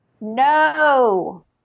No